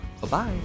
Bye-bye